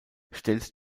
stellt